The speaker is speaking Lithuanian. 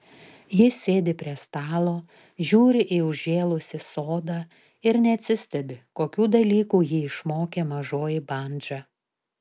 jis sėdi prie stalo žiūri į užžėlusį sodą ir neatsistebi kokių dalykų jį išmokė mažoji bandža